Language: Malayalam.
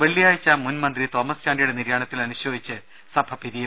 വെള്ളിയാഴ്ച മുൻമന്ത്രി തോമസ്ചാണ്ടിയുടെ നിര്യാണത്തിൽ അനുശോചിച്ച് സഭ പിരിയും